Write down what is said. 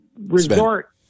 resort